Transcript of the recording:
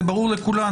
זה ברור לכולנו.